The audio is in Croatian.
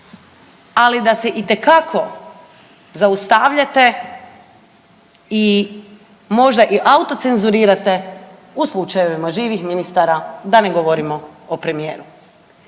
ali da se itekako zaustavljate i možda autocenzurirate u slučajevima živih ministara, da ne govorimo o premijeru